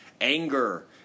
anger